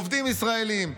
עובדים ישראלים,